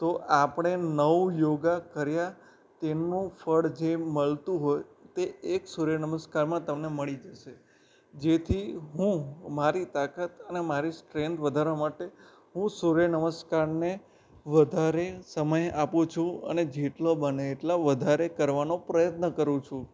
તો આપણે નવ યોગા કર્યા તેમનું ફળ જે મળતું હોય તે એક સૂર્ય નમસ્કારમાં તમને મળી જશે જેથી હું મારી તાકાત અને મારી સ્ટ્રેંથ વધારવા માટે હું સૂર્ય નમસ્કારને વધારે સમય આપું છું અને જેટલો બને એટલા વધારે કરવાનો પ્રયત્ન કરું છું